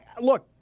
Look